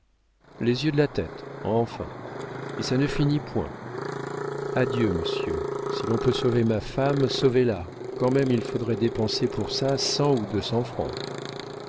les yeux de la tête enfin et ça ne finit point adieu monsieur si l'on peut sauver ma femme sauvez la quand même il faudrait dépenser pour ça cent ou deux cents francs